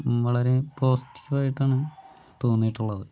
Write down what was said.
വളരെ പോസിറ്റീവ് ആയിട്ടാണ് തോന്നിട്ടുള്ളത്